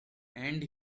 and